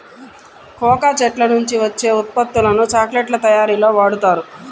cocoa చెట్ల నుంచి వచ్చే ఉత్పత్తులను చాక్లెట్ల తయారీలో వాడుతారు